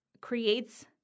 creates